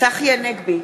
צחי הנגבי,